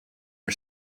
are